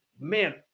man